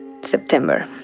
September